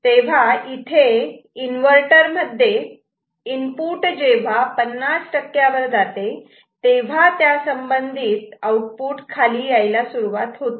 तेव्हा इथे इन्व्हर्टर मध्ये इनपुट जेव्हा 50 टक्के वर जाते तेव्हा त्यासंबंधित आउटपुट खाली यायला सुरुवात होते